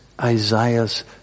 Isaiah's